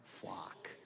flock